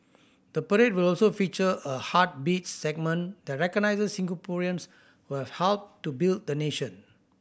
the parade will also feature a Heartbeats segment that recognises Singaporeans who have helped to build the nation